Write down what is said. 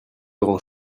grand